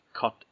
cut